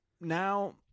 Now